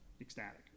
ecstatic